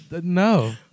No